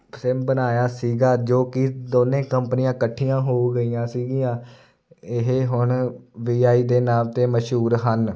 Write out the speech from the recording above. sim ਬਣਾਇਆ ਸੀਗਾ ਜੋ ਕਿ ਦੋਨੇ ਕੰਪਨੀਆਂ ਇਕੱਠੀਆਂ ਹੋ ਗਈਆਂ ਸੀਗੀਆਂ ਇਹ ਹੁਣ ਵੀ ਆਈ ਦੇ ਨਾਮ 'ਤੇ ਮਸ਼ਹੂਰ ਹਨ